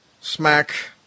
Smack